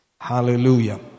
Hallelujah